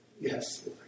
Yes